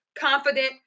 confident